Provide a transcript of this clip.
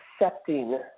accepting